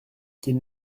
qu’ils